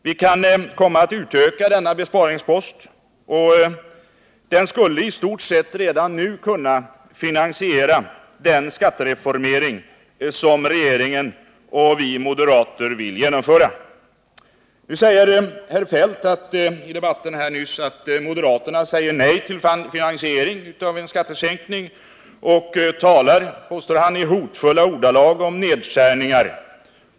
Vi kan komma att utöka denna besparingspost, och den skulle i stort sett redan nu kunna finansiera den skattereformering som regeringen och vi moderater vill genomföra. Nyss sade Kjell-Olof Feldt här i debatten att moderaterna säger nej till finansiering av en skattesänkning och talar — påstod han — i hotfulla ordalag om nedskärningar.